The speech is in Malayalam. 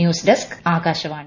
news desk Akashvani